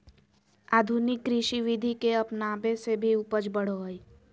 आधुनिक कृषि विधि के अपनाबे से भी उपज बढ़ो हइ